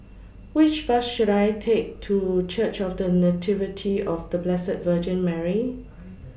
Which Bus should I Take to Church of The Nativity of The Blessed Virgin Mary